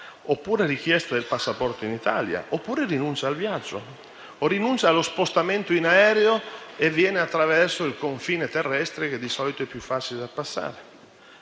oppure la richiesta del passaporto in Italia, oppure rinuncia al viaggio, o rinuncia allo spostamento in aereo e viene attraverso il confine terrestre, che di solito è più facile da passare.